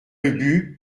ubu